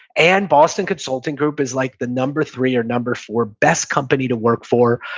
and boston consulting group is like the number three or number four best company to work for.